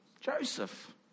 Joseph